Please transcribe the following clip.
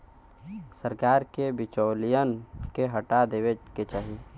सरकार के बिचौलियन के हटा देवे क चाही